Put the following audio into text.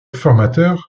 formateur